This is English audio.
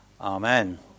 Amen